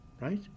right